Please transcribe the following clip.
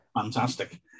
fantastic